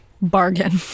bargain